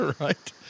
Right